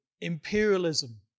imperialism